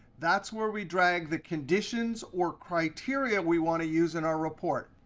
that's where we drag the conditions or criteria we want to use in our report.